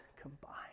combined